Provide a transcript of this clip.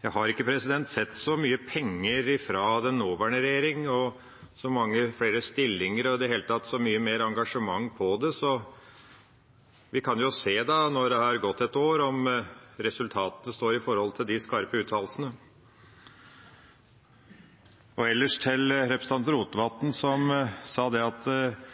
Jeg har ikke sett så mye penger fra den nåværende regjering og så mange flere stillinger og i det hele tatt så mye mer engasjement for det. Så vi kan jo se når det har gått ett år, om resultatet står i forhold til de skarpe uttalelsene. Ellers til representanten Rotevatn, som sa at